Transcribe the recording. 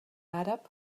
àrab